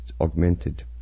augmented